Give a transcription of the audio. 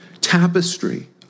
tapestry